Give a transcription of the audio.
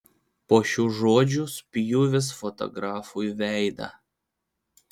po šių žodžių spjūvis fotografui veidą